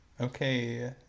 okay